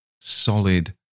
solid